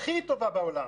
ומעולם.